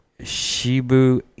Shibu